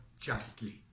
justly